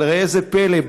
אבל ראה זה פלא,